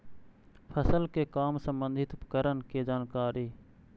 फसल के काम संबंधित उपकरण के जानकारी?